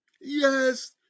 Yes